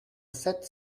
sept